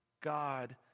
God